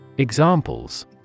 Examples